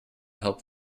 help